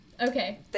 Okay